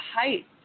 height